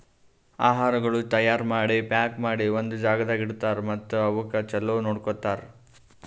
ಆಹಾರಗೊಳ್ ತೈಯಾರ್ ಮಾಡಿ, ಪ್ಯಾಕ್ ಮಾಡಿ ಒಂದ್ ಜಾಗದಾಗ್ ಇಡ್ತಾರ್ ಮತ್ತ ಅವುಕ್ ಚಲೋ ನೋಡ್ಕೋತಾರ್